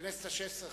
בכנסת השש-עשרה,